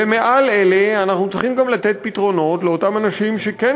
ומעל אלה אנחנו צריכים גם לתת פתרונות לאותם אנשים שכן